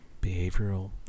behavioral